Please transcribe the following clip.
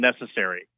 necessary